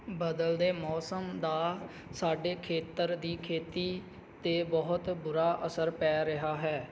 ਬਦਲਦੇ ਮੌਸਮ ਦਾ ਸਾਡੇ ਖੇਤਰ ਦੀ ਖੇਤੀ 'ਤੇ ਬਹੁਤ ਬੁਰਾ ਅਸਰ ਪੈ ਰਿਹਾ ਹੈ